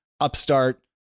Upstart